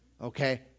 Okay